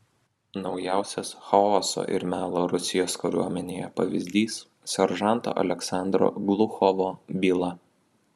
naujausias chaoso ir melo rusijos kariuomenėje pavyzdys seržanto aleksandro gluchovo byla